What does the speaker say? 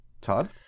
Todd